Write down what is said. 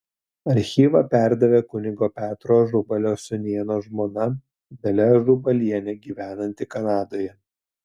archyvą perdavė kunigo petro ažubalio sūnėno žmona dalia ažubalienė gyvenanti kanadoje